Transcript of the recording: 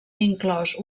inclòs